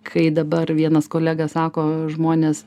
kai dabar vienas kolega sako žmonės